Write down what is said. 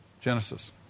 Genesis